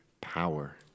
power